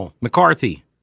McCarthy